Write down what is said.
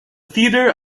theater